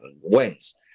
wins